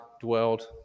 dwelled